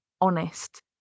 honest